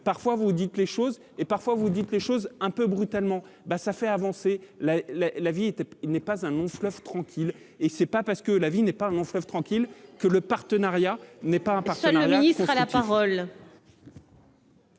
parfois vous dites les choses et parfois vous dites les choses un peu brutalement, bah ça fait avancer la la la vie, il n'est pas un un fleuve tranquille et c'est pas parce que la vie n'est pas un long fleuve tranquille que le partenariat n'est pas. Seul le ministre